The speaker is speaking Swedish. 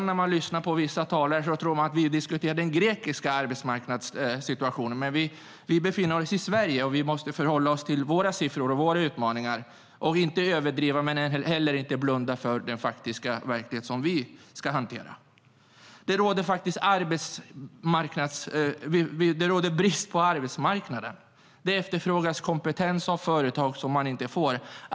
När man lyssnar på vissa talare kunde man tro att vi diskuterar den grekiska arbetsmarknadssituationen, men vi befinner oss faktiskt i Sverige och måste förhålla oss till våra siffror och utmaningar och inte överdriva men heller inte blunda för den verklighet vi ska hantera. Det råder brist på arbetsmarknaden. Företagen efterfrågar kompetens som de inte får.